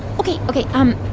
ok, ok. um